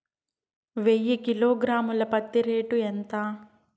వెయ్యి కిలోగ్రాము ల పత్తి రేటు ఎంత?